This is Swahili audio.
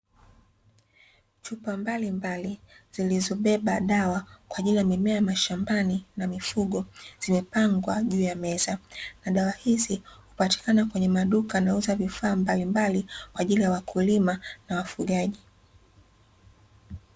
Chupa mbalimbali zilizobeba dawa kwa ajili ya mimea mashambani na mifugo zimepangwa juu ya meza. Na dawa hizi hupatikana kwenye maduka yanayouza vifaa mbalimbali kwa ajili ya wakulima na wafugaji.